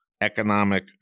economic